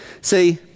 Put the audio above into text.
See